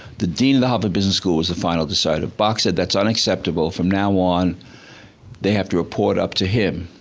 the dean of the harvard business school was the final decider. bok said that's unacceptable. from now on they have to report up to him.